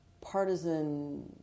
partisan